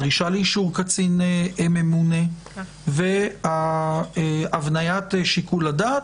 הדרישה לאישור קצין ממונה והבניית שיקול הדעת.